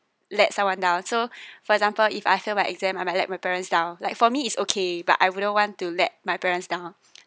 let someone down so for example if I fail my exam I might let my parents down like for me is okay but I wouldn't want to let my parents down